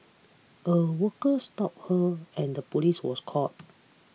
a worker stopped her and the police was called